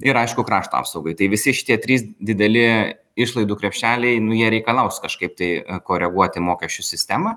ir aišku krašto apsaugai tai visi šitie trys dideli išlaidų krepšeliai nu jie reikalaus kažkaip tai koreguoti mokesčių sistemą